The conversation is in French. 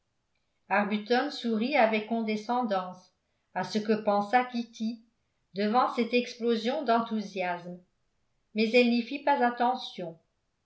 arbuton sourit avec condescendance à ce que pensa kitty devant cette explosion d'enthousiasme mais elle n'y fit pas attention